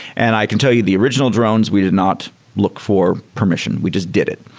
and i can tell you, the original drones, we did not look for permission. we just did it.